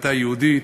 החלטה יהודית,